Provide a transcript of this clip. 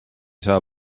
saa